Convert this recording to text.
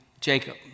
Jacob